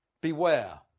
beware